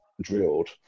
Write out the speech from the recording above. drilled